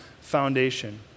foundation